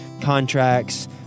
contracts